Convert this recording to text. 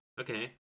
Okay